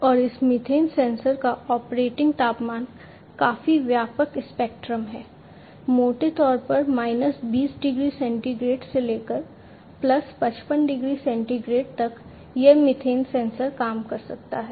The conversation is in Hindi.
और इस मीथेन सेंसर का ऑपरेटिंग तापमान काफी व्यापक स्पेक्ट्रम है मोटे तौर पर माइनस 20 डिग्री सेंटीग्रेड से लेकर प्लस 55 डिग्री सेंटीग्रेड तक यह मीथेन सेंसर काम कर सकता है